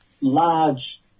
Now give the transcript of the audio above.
large